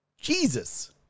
Jesus